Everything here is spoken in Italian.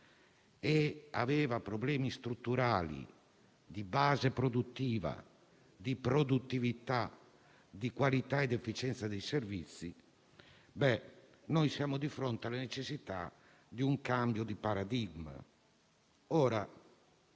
e aveva problemi strutturali, di base produttiva, di produttività, di qualità ed efficienza dei servizi, siamo di fronte alla necessità di un cambio di paradigma.